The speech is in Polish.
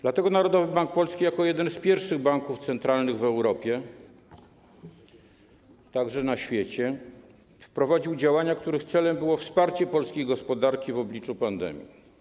Dlatego Narodowy Bank Polski jako jeden z pierwszych banków centralnych w Europie, także na świecie, wprowadził działania, których celem było wsparcie polskiej gospodarki w obliczu pandemii.